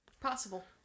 Possible